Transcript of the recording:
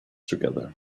together